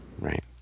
right